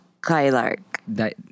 Kylark